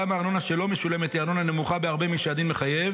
גם הארנונה שלא משולמת היא ארנונה נמוכה בהרבה משהדין מחייב